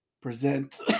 present